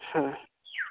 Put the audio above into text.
ᱦᱮᱸ